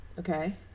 Okay